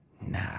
nah